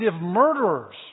murderers